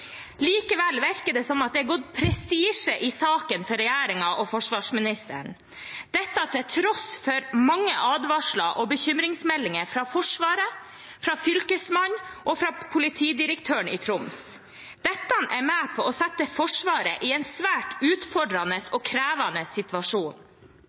Likevel virker det som om det har gått prestisje i saken for regjeringen og forsvarsministeren – dette til tross for mange advarsler og bekymringsmeldinger fra Forsvaret, fra Fylkesmannen og fra politidirektøren i Troms. Dette er med på å sette Forsvaret i en svært utfordrende